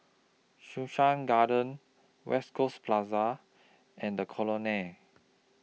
Sussex Garden West Coast Plaza and The Colonnade